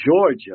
Georgia